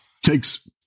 Takes